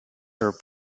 her